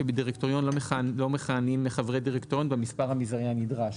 שבדירקטוריון לא מכהנים חברי דירקטוריון במספר המזערי הנדרש,